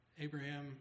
Abraham